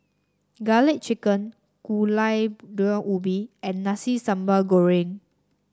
garlic chicken Gulai Daun Ubi and Nasi Sambal Goreng